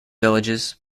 villages